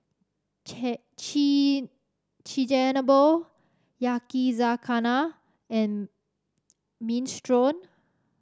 Chigenabe Yakizakana and Minestrone